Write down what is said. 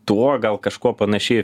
tuo gal kažkuo panaši